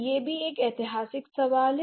यह भी एक ऐतिहासिक सवाल है